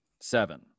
seven